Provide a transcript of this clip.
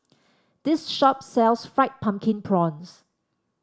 this shop sells Fried Pumpkin Prawns